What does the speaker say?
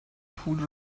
پول